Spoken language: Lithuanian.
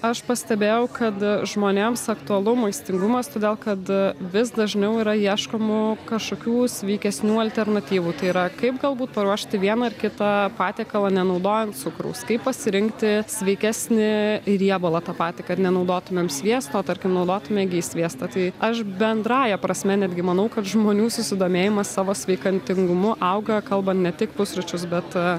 aš pastebėjau kad žmonėms aktualu maistingumas todėl kad vis dažniau yra ieškomų kažkokių sveikesnių alternatyvų tai yra kaip galbūt paruošti vieną ar kitą patiekalą nenaudojant cukraus kaip pasirinkti sveikesnį riebalą tą patį kad nenaudotumėm sviesto tarkim naudotume ghi sviestą tai aš bendrąja prasme netgi manau kad žmonių susidomėjimas savo sveikatingumu auga kalba ne tik pusryčius bet